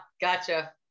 gotcha